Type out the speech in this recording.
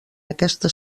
aquesta